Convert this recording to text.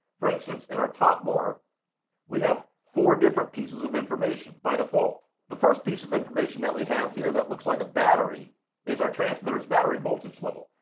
for instance, in our top bar we have four different pieces of information by default. the first piece of information that we have here that looks like a battery is our transmitter's battery voltage level.